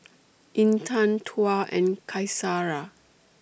Intan Tuah and Qaisara